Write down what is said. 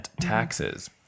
taxes